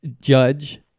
judge